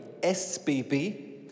SBB